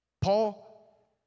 Paul